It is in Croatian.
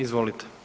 Izvolite.